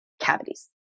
cavities